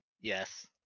Yes